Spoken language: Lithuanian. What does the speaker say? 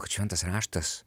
kad šventas raštas